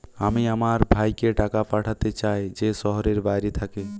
আমি আমার ভাইকে টাকা পাঠাতে চাই যে শহরের বাইরে থাকে